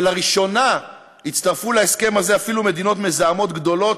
ולראשונה הצטרפו להסכם הזה אפילו מדינות מזהמות גדולות,